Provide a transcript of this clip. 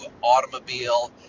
automobile